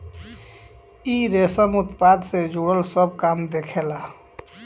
इ रेशम उत्पादन से जुड़ल सब काम देखेला